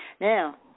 now